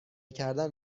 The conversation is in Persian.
کردن